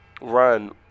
run